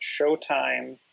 Showtime